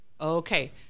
Okay